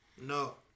No